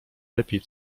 lepiej